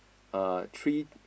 a tree